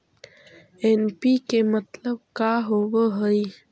NPK मतलब का होव हइ?